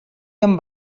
amb